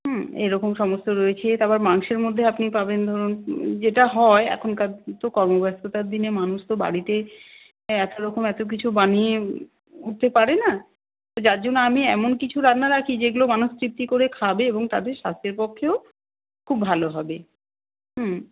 হুম এরকম সমস্ত রয়েছে তারপর মাংসের মধ্যে আপনি পাবেন ধরুন যেটা হয় এখনকার তো কর্ম ব্যস্ততার দিনে মানুষ তো বাড়িতে এত রকম এত কিছু বানিয়ে উঠতে পারে না তো যার জন্য আমি এমন কিছু রান্না রাখি যেগুলো মানুষ তৃপ্তি করে খাবে এবং তাদের স্বাস্থ্যের পক্ষেও খুব ভালো হবে হুম